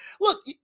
look